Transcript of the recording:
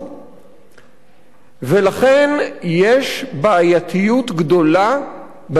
ולכן יש בעייתיות גדולה בדרך הזאת של החזקת אסירים.